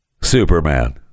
Superman